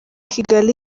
kigali